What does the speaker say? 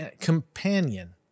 companion